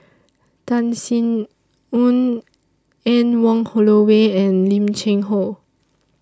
Tan Sin Aun Anne Wong Holloway and Lim Cheng Hoe